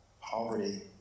poverty